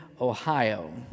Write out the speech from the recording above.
Ohio